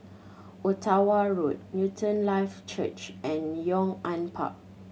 Ottawa Road Newton Life Church and Yong An Park